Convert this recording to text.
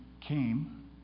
came